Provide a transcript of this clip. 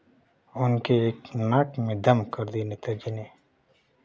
उनके नाक में दम कर दिए नेताजी ने